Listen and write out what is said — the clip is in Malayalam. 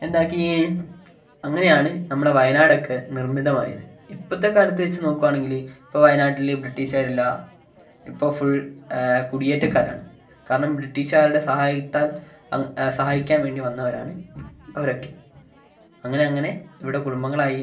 എന്താക്കീ അങ്ങനെയാണ് നമ്മുടെ വയനാടൊക്കെ നിർമ്മിതമായത് ഇപ്പോഴത്തെ കാലത്തു വെച്ചു നോക്കുകയാണെങ്കിൽ ഇപ്പോൾ വയനാട്ടിൽ ബ്രിട്ടീഷുകാരില്ല ഇപ്പോൾ ഫുൾ കുടിയേറ്റക്കാരാണ് കാരണം ബ്രിട്ടീഷുകാരുടെ സഹായത്താൽ അങ്ങ് സഹായിക്കാൻ വേണ്ടി വന്നവരാണ് അവരൊക്കെ അങ്ങനെ അങ്ങനെ ഇവിടെ കുടുംബങ്ങളായി